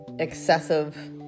excessive